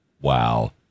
Wow